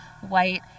white